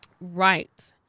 right